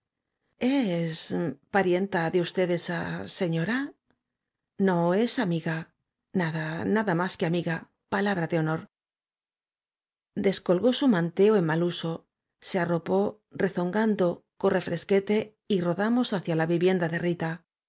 s parienta de usted esa señora no es amiga nada nada más que amiga palabra de honor descolgó su manteo en mal uso se arropó rezongando corre fresquete y rodamos hacia la vivienda de rita